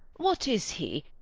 what is he,